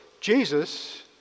Jesus